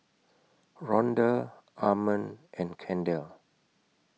Ronda Armond and Kendell